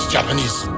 Japanese